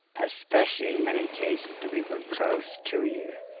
especially, in many cases, to people close to you.